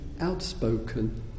outspoken